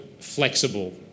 flexible